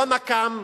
לא נקם,